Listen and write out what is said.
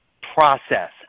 process